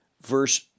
verse